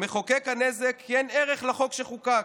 הנזק למחוקק הוא שאין ערך לחוק שחוקק,